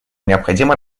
необходимо